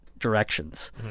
directions